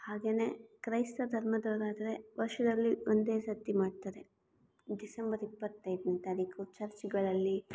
ಹಾಗೆನೇ ಕ್ರೈಸ್ತ ಧರ್ಮದವರಾದ್ರೆ ವರ್ಷದಲ್ಲಿ ಒಂದೇ ಸತಿ ಮಾಡ್ತಾರೆ ಡಿಸೆಂಬರ್ ಇಪ್ಪತ್ತೈದನೇ ತಾರೀಕು ಚರ್ಚ್ಗಳಲ್ಲಿ